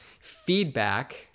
feedback